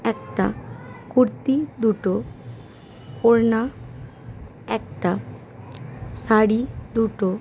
একটা কুর্তি দুটো ওড়না একটা শাড়ি দুটো